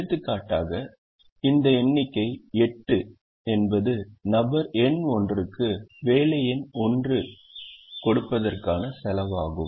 எடுத்துக்காட்டாக இந்த எண்ணிக்கை 8 என்பது நபர் எண் 1 க்கு வேலை எண் 1 கொடுப்பதற்கான செலவாகும்